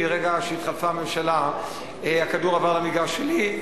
מרגע שהתחלפה הממשלה הכדור עבר למגרש שלי,